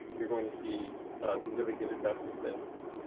you're going to see significant investments in.